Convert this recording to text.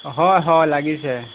হয় হয় লাগিছে